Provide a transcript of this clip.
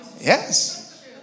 Yes